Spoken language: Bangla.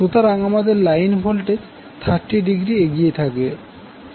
সুতরাং আমাদের লাইন ভোল্টেজ 30°এগিয়ে থাকবে